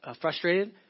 frustrated